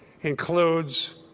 includes